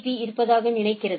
பீ இருப்பதாக நினைக்கிறது